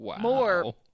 more